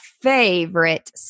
favorite